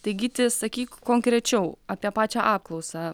tai gyti sakyk konkrečiau apie pačią apklausą